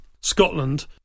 Scotland